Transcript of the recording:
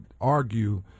argue